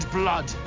blood